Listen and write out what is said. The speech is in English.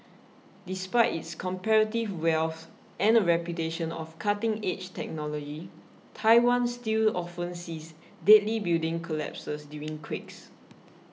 despite its comparative wealth and a reputation of cutting edge technology Taiwan still often sees deadly building collapses during quakes